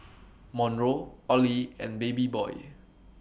Monroe Olie and Babyboy